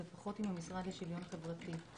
ופחות עם המשרד לשוויון חברתי.